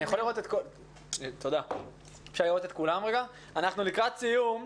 אנחנו לקראת סיום.